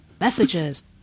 messages